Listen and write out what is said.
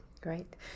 Great